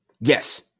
Yes